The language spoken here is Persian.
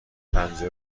پنجره